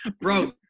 bro